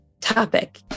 topic